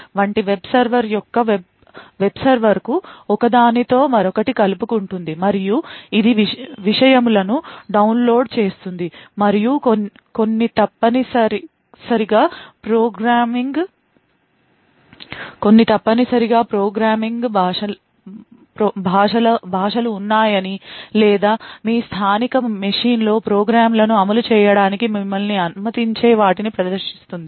com వంటి web server యొక్క web సర్వర్కు ఒక దానితో మరొకటి కలుపు కొంటుంది మరియు ఇది విషయములను డౌన్లోడ్ చేస్తుంది మరియు కొన్నితప్పనిసరిగ ప్రోగ్రామింగ్ భాషలు ఉన్నాయని లేదా మీ స్థానిక మెషీన్లో ప్రోగ్రామ్లను అమలు చేయడానికి మిమ్మల్ని అనుమతించే వాటిని ప్రదర్శిస్తుంది